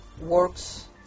works